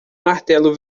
martelo